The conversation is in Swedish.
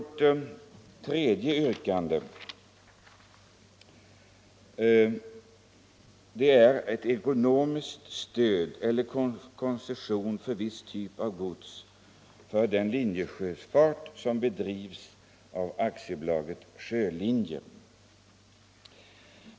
Det tredje yrkandet i motionen gäller ”ekonomiskt stöd eller koncession för viss typ av gods för den linjesjöfart som bedrivs av AB Sjölinjer”.